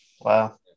Wow